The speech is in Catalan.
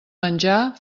menjar